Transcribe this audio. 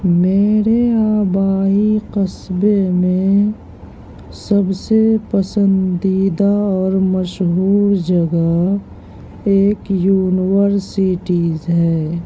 میرے آبائی قصبے میں سب سے پسندیدہ اور مشہور جگہ ایک یونیورسیٹیز ہے